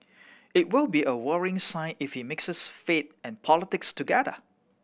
it will be a worrying sign if he mixes faith and politics together